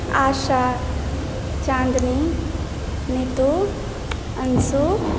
Asha Chandni Neetu Anshu